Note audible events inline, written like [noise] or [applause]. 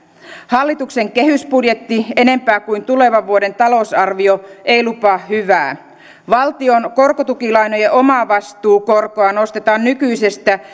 hallituksen kehysbudjetti ei sen enempää kuin tulevan vuoden talousarviokaan lupaa hyvää valtion korkotukilainojen omavastuukorkoa nostetaan nykyisestä [unintelligible]